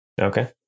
Okay